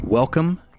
Welcome